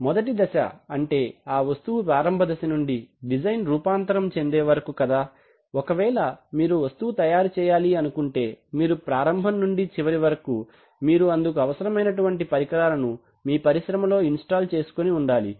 మొదటి దశ అంటే ఆ వస్తువు ప్రారంభ దశ నుంచి డిజైన్ రూపాంతరం చెందే వరకు కదా ఒకవేళ మీరు వస్తువు తయారుచేయాలి అనుకుంటే మీరు ప్రారంభం నుండి చివరి వరకు మీరు అందుకు అవసరమైనటువంటి పరికరాలను మీ పరిశ్రమలో ఇన్స్టాల్ చేసుకుని ఉండాలి